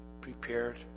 prepared